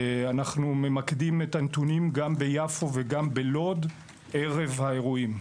אנחנו ממקדים את הנתונים גם ביפו וגם בלוד ערב האירועים.